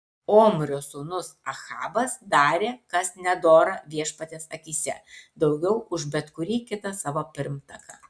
omrio sūnus ahabas darė kas nedora viešpaties akyse daugiau už bet kurį kitą savo pirmtaką